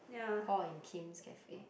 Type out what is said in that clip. Paul and Kim's cafe